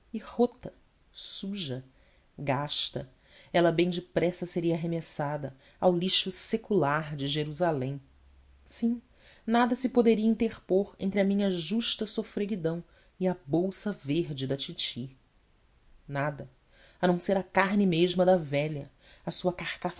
rota suja gasta ela bem depressa seria arremessada ao lixo secular de jerusalém sim nada se poderia interpor entre a minha justa sofreguidão e a bolsa verde da titi nada a não ser a carne mesma da velha a sua carcaça